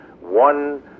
one